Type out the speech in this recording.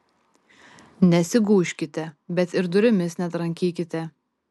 nesigūžkite bet ir durimis netrankykite